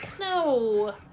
No